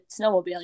snowmobiling